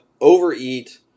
overeat